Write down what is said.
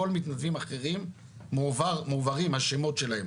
כל מתנדבים אחרים מועברים השמות שלהם